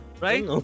Right